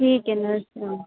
ठीक है नमस्ते मैम